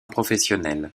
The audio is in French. professionnelles